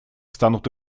станут